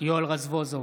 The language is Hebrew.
יואל רזבוזוב,